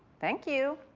thank you.